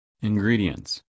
ingredients